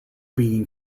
bean